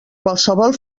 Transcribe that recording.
qualsevol